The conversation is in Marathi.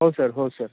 हो सर हो सर